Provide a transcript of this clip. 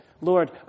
Lord